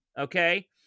Okay